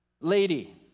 lady